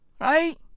right